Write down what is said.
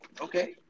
Okay